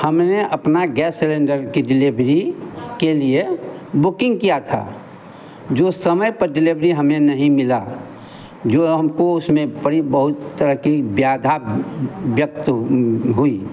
हमने अपना gas cylinder की डिलेवरी के लिए बुकिंग किया था जो समय पर दिलेवरी हमें नहीं मिला जो हमको उसमें पड़ी बहुत तरह की बाधा व्यक्त हुई